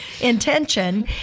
intention